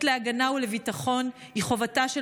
קיום הזכות להגנה ולביטחון הוא חובתה של